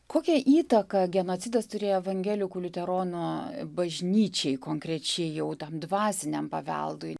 kokią įtaką genocidas turėjo evangelikų liuteronų bažnyčiai konkrečiai jau tam dvasiniam paveldui